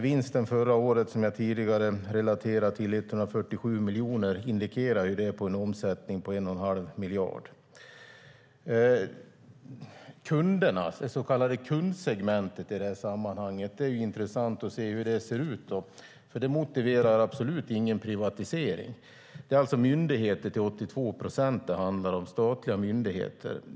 Vinsten förra året, som jag tidigare relaterade till, på 147 miljoner vid en omsättning på 1 1⁄2 miljard indikerar det. När det gäller det så kallade kundsegmentet är det i detta sammanhang intressant att se hur det ser ut. Det motiverar definitivt inte någon privatisering. Det handlar till 82 procent om statliga myndigheter.